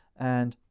and